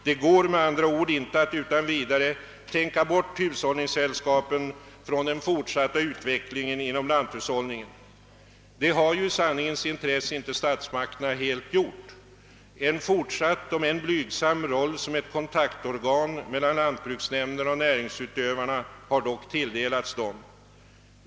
Det går med andra ord inte att tänka bort hushållningssällskapen från den fort satta utvecklingen inom lanthushållningen. Det bör i sanningens intresse sägas att detta har inte statsmakterna helt gjort. En fortsatt om än blygsam roll som ett kontaktorgan mellan lantbruksnämnderna och näringsutövarna har tilldelats dem.